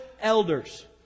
elders